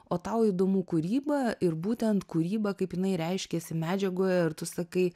o tau įdomu kūryba ir būtent kūryba kaip jinai reiškėsi medžiagoje ir tu sakai